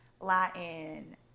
latin